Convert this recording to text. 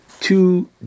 two